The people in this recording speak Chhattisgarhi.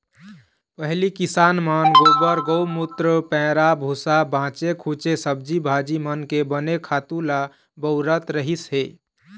पहिली किसान मन गोबर, गउमूत्र, पैरा भूसा, बाचे खूचे सब्जी भाजी मन के बने खातू ल बउरत रहिस हे